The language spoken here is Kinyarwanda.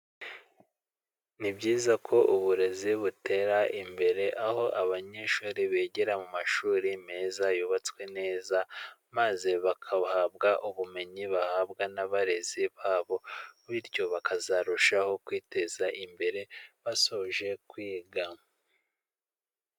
Ni byiza ko uburezi butera imbere, aho abanyeshuri bigira mu mashuri meza, yubatswe neza, maze bakabuhabwa ubumenyi bahabwa n'abarezi babo, bityo bakazarushaho kwiteza imbere basoje kwiga.